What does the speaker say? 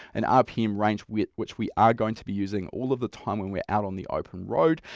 an rpm range which which we are going to be using all of the time when we're out on the open road,